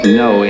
no